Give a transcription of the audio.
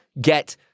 get